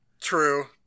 true